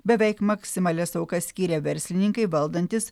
beveik maksimalias aukas skyrė verslininkai valdantys